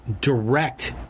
direct